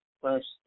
first